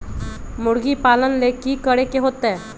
मुर्गी पालन ले कि करे के होतै?